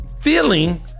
feeling